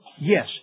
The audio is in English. yes